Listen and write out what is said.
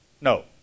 No